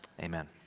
amen